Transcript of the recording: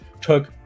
took